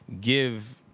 give